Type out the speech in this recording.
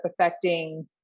affecting